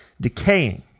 decaying